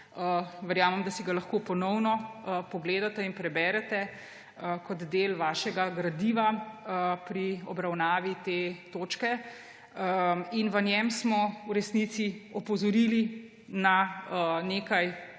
Verjamem, da si ga lahko ponovno pogledate in preberete kot del vašega gradiva pri obravnavi te točke. V njem smo v resnici opozorili na nekaj